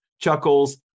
chuckles